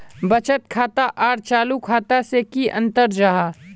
बचत खाता आर चालू खाता से की अंतर जाहा?